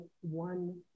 one